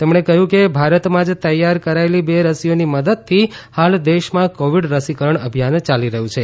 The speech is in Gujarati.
તેમણે કહ્યું કે ભારતમાંજ તૈયાર કરાયેલી બે રસીઓની મદદથી હાલ દેશમાં કોવીડ રસીકરણ અભિયાન યાલી રહયું છે